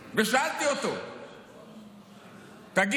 אתה, דרך אגב, יכול.